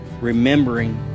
remembering